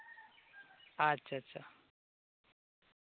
ᱟᱪᱪᱷᱟ ᱟᱪᱪᱷᱟ